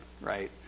right